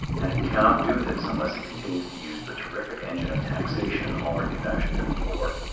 and it cannot do this unless it continues to use the terrific engine of taxation already fashioned in the war.